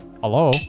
Hello